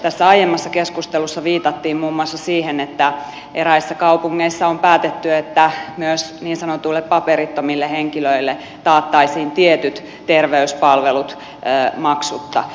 tässä aiemmassa keskustelussa viitattiin muun muassa siihen että eräissä kaupungeissa on päätetty että myös niin sanotuille paperittomille henkilöille taattaisiin tietyt terveyspalvelut maksutta